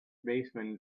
baseman